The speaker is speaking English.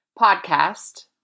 podcast